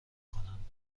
کنند